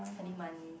earning money